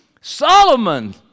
Solomon